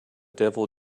devil